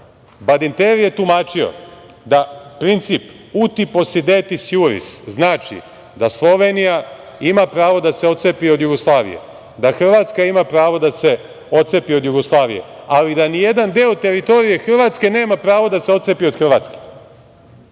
SFRJ.Badinter je tumačio da princip „uti posedetis juris“ znači da Slovenija ima pravo da se otcepi od Jugoslavije, da Hrvatska ima pravo da se otcepi od Jugoslavije, ali da nijedan deo teritorije Hrvatske nema pravo da se otcepi od Hrvatske.